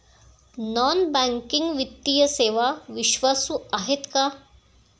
Non banking वित्तीय सेवा विश्वासू आहेत का?